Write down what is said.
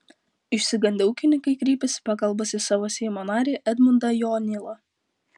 išsigandę ūkininkai kreipėsi pagalbos į savo seimo narį edmundą jonylą